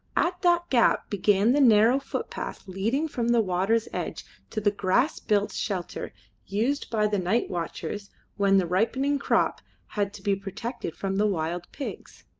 at that gap began the narrow footpath leading from the water's edge to the grass-built shelter used by the night watchers when the ripening crop had to be protected from the wild pigs.